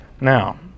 Now